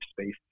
space